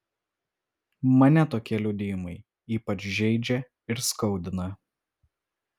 mane tokie liudijimai ypač žeidžia ir skaudina